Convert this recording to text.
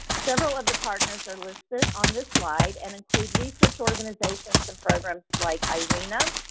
several of the partners are listed on this slide and include research organizations and programs like irena,